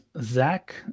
Zach